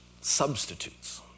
substitutes